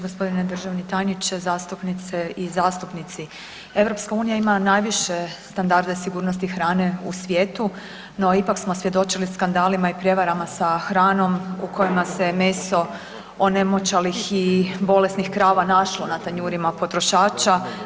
Gospodine državni tajniče, zastupnice i zastupnici, EU ima najviše standarde sigurnosti hrane u svijetu, no ipak smo svjedočili skandalima i prijevarama sa hranom u kojima se meso onemoćalih i bolesnih krava našlo na tanjurima potrošača.